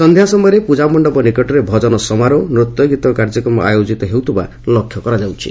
ସକ୍ଷ୍ୟା ସମୟରେ ପ୍ରଜାମଣ୍ଡପ ନିକଟରେ ଭଜନ ସମାରୋହ ନୂତ୍ୟଗୀତର କାର୍ଯ୍ୟକ୍ରମ ଆୟୋଜନ ହେଉଥିବା ଲକ୍ଷ୍ୟ କରାଯାଉଛି